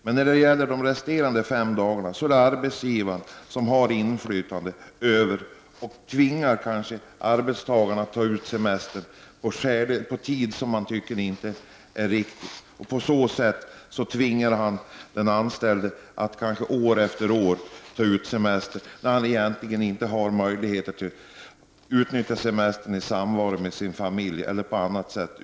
Det är arbetsgivaren som har inflytandet över när de resterande fem dagarna skall tas ut, och arbetsgivaren tvingar kanske arbetstagaren att ta ut semestern på tid som inte passar arbetstagaren. På det sättet tvingar arbetsgivaren kanske den anställda att år efter år ta ut semester då han egentligen inte har möjlighet att utnyttja den i samvaro med sin familj eller på annat sätt.